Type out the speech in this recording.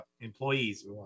employees